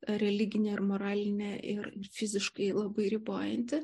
religinė ar moralinė ir fiziškai labai ribojanti